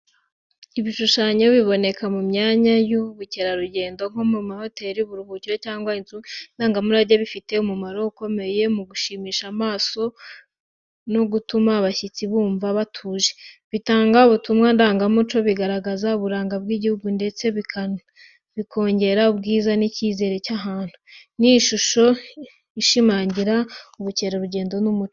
Ibishushanyo biboneka mu myanya y’ubukerarugendo nko muri hoteli, uburuhukiro cyangwa inzu ndangamurage, bifite umumaro ukomeye mu gushimisha amaso no gutuma abashyitsi bumva batuje. Bitanga ubutumwa ndangamuco, bigaragaza uburanga bw’igihugu ndetse bikongera ubwiza n'icyizere cy’ahantu. Ni ishusho ishimangira ubukerarugendo n’umuco.